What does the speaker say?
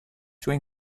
suoi